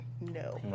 No